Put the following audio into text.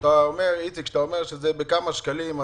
איציק, אתה אומר שזה בכמה שקלים.